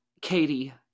Katie